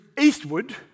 eastward